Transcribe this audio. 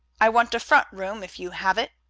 i want a front room if you have it.